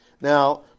Now